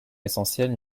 essentielles